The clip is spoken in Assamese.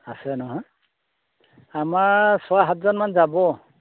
আছে নহয় আমাৰ ছয় সাতজনমান যাব